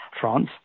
france